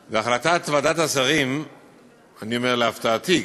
2016. להפתעתי,